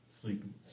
Sleeping